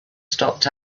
stopped